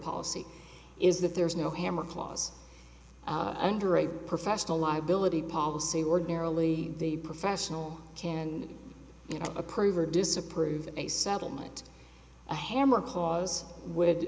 policy is that there is no hammer clause under a professional liability policy ordinarily the professional can you know approve or disapprove a settlement a hammer cause would